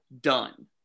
done